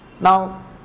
Now